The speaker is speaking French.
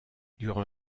durant